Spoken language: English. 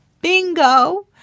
bingo